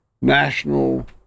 national